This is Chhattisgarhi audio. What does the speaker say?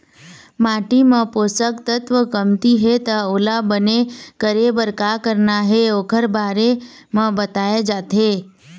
माटी म पोसक तत्व कमती हे त ओला बने करे बर का करना हे ओखर बारे म बताए जाथे